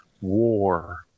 war